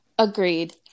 Agreed